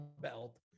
Belt